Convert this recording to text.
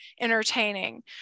entertaining